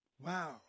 Wow